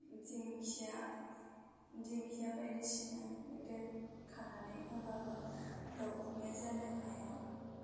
दिंखिया दिंखिया बायदिसिना खानानै होबाबो दावखुमैया जानो हाया